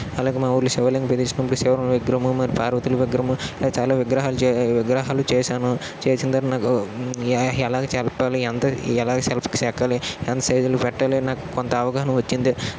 అలాగే మా ఊర్లో శివలింగం ప్రతిష్టించినప్పుడు శివుని విగ్రహము అలాగే పార్వతీ విగ్రహము చాలా విగ్రహాలు చే విగ్రహాలు చేశాను చేసిన తర్వాత నాకు ఎలాగ చేయాలో ఎంత ఎలాగా శిల్పం చెక్కాలి ఎంత సైజులు పెట్టాలి నాకు కొంత అవగాహన వచ్చింది